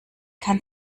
kann